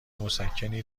مسکنی